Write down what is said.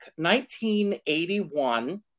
1981